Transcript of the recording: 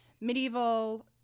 medieval